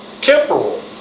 temporal